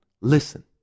listen